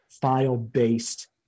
file-based